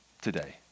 today